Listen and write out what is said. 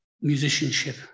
musicianship